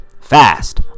fast